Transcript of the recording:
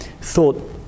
thought